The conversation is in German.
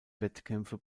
wettkämpfe